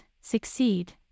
succeed